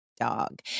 dog